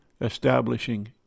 establishing